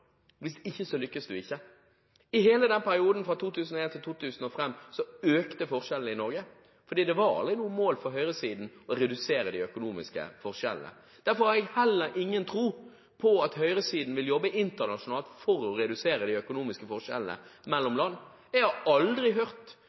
Hvis ikke, lykkes man ikke. I hele perioden fra 2001 til 2005 økte forskjellene i Norge fordi det aldri var noe mål for høyresiden å redusere de økonomiske forskjellene. Derfor har jeg heller ingen tro på at høyresiden vil jobbe internasjonalt for å redusere de økonomiske forskjellene mellom land. Jeg hørte aldri